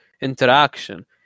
interaction